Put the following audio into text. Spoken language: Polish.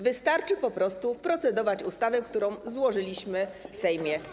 Wystarczy po prostu procedować nad ustawą, którą złożyliśmy w Sejmie.